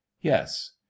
yes